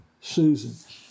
Susan